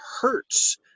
hurts